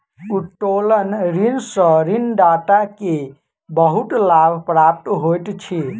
उत्तोलन ऋण सॅ ऋणदाता के बहुत लाभ प्राप्त होइत अछि